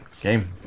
Game